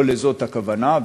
לא לזה הכוונה,